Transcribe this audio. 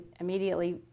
immediately